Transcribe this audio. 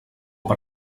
per